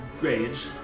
rage